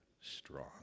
strong